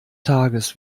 tages